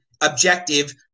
objective